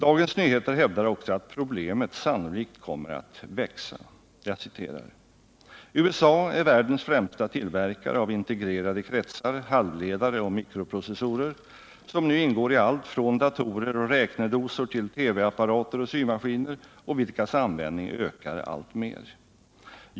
Dagens Nyheter hävdar också att problemet sannolikt kommer att växa. Jag citerar: ”USA är världens främsta tillverkare av integrerade kretsar, halvledare och mikroprocessorer, som nu ingår i allt från datorer och räknedosor till TV apparater och symaskiner och vilkas användning ökar alltmer.